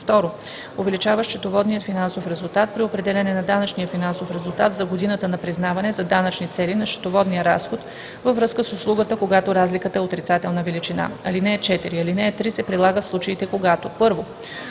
2. увеличава счетоводният финансов резултат при определяне на данъчния финансов резултат за годината на признаване за данъчни цели на счетоводния разход във връзка с услугата, когато разликата е отрицателна величина. (4) Алинея 3 се прилага в случаите, когато: 1.